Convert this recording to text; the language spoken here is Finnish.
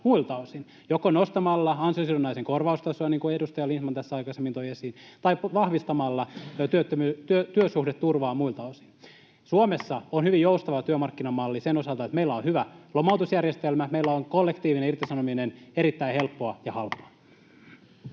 muilta osin, joko nostamalla ansiosidonnaisen korvaustasoa, niin kuin edustaja Lindtman tässä aikaisemmin toi esiin, tai vahvistamalla työsuhdeturvaa muilta osin. Suomessa on hyvin joustava työmarkkinamalli sen osalta, että meillä on hyvä lomautusjärjestelmä, meillä on kollektiivinen irtisanominen erittäin helppoa ja halpaa.